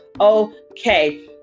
okay